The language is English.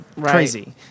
crazy